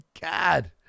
God